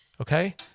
Okay